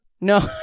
no